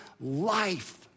life